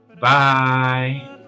bye